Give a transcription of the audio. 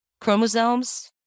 chromosomes